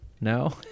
No